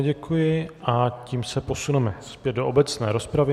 Také děkuji a tím se posuneme zpět do obecné rozpravy.